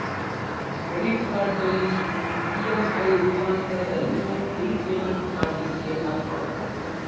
Credit ಕಾರ್ಡಿನಲ್ಲಿ EMI ರೂಪಾಂತರದಲ್ಲಿ bill payment ಮಾಡ್ಲಿಕ್ಕೆ ಆಗ್ತದ?